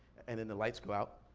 and then the lights go out.